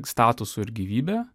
statusu ir gyvybe